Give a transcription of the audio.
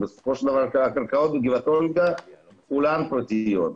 בסופו של דבר הקרקעות בגבעת אולגה כולן קרקעות פרטיות.